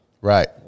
right